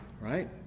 Right